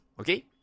okay